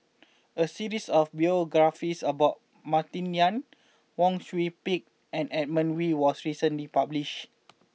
a series of biographies about Martin Yan Wang Sui Pick and Edmund Wee was recently published